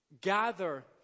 gather